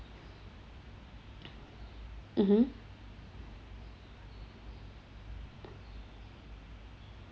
mmhmm